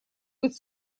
быть